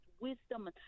wisdom